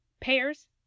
pears